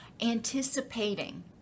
anticipating